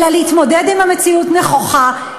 אלא להתמודד עם המציאות נכוחה,